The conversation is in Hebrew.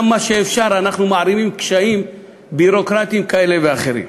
גם במה שאפשר אנחנו מערימים קשיים ביורוקרטיים כאלה ואחרים.